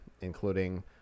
including